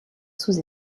sous